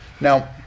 Now